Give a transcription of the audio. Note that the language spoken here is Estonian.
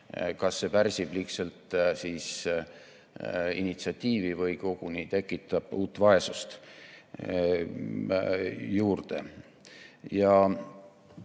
kas see pärsib liigselt initsiatiivi või koguni tekitab uut vaesust juurde.